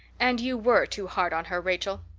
and you were too hard on her, rachel.